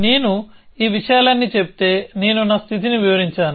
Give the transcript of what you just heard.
నేను ఈ విషయాలన్నీ చెబితే నేను నా స్థితిని వివరించాను